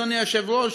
אדוני היושב-ראש,